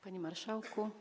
Panie Marszałku!